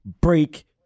Break